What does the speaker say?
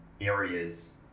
areas